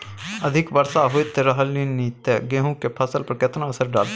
अधिक वर्षा होयत रहलनि ते गेहूँ के फसल पर केतना असर डालतै?